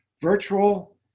Virtual